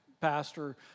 pastor